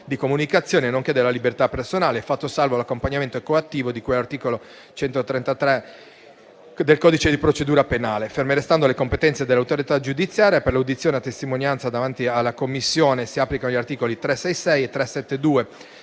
di comunicazione, nonché della libertà personale, fatto salvo l'accompagnamento coattivo di cui all'articolo 133 del codice di procedura penale. Ferme restando le competenze dell'autorità giudiziaria, per l'audizione a testimonianza davanti alla Commissione si applicano gli articoli 366 e 372